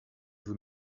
vous